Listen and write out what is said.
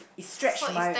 it stretch my